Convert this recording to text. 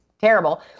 terrible